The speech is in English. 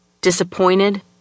disappointed